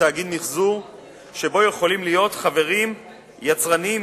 כתאגיד מיחזור שבו יכולים להיות חברים יצרנים,